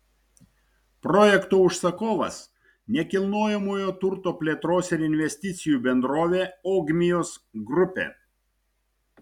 projekto užsakovas nekilnojamojo turto plėtros ir investicijų bendrovė ogmios grupė